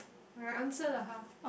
my answer lah !huh!